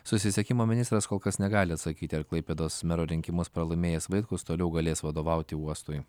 susisiekimo ministras kol kas negali atsakyti ar klaipėdos mero rinkimus pralaimėjęs vaitkus toliau galės vadovauti uostui